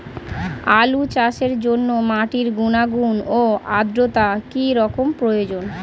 আলু চাষের জন্য মাটির গুণাগুণ ও আদ্রতা কী রকম প্রয়োজন?